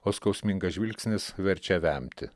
o skausmingas žvilgsnis verčia vemti